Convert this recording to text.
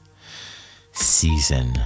season